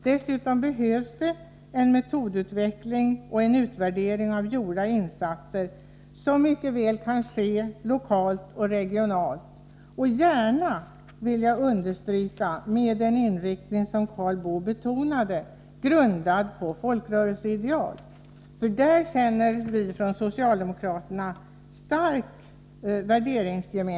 Dessutom behövs en metodutveckling och en utvärdering av gjorda insatser som mycket väl kan ske lokalt och regionalt och gärna, vill jag understryka, grundad på folkrörelseideal, såsom Karl Boo nämnde.